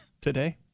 today